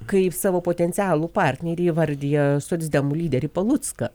kaip savo potencialų partnerį įvardija socdemų lyderį palucką